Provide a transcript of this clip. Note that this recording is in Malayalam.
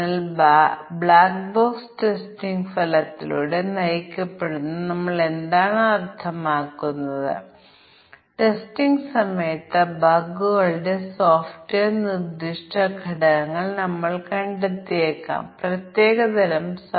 എന്നാൽ നമുക്ക് ബൂളിയൻ വേരിയബിളുകൾ ഉണ്ടെങ്കിൽ ഈ പ്രത്യേക മൂല്യ പരിശോധന ഉപയോഗിച്ച് ഞങ്ങൾ ഇത് എങ്ങനെ കൈകാര്യം ചെയ്യും